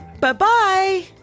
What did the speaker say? Bye-bye